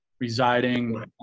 residing